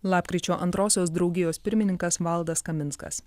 lapkričio antrosios draugijos pirmininkas valdas kaminskas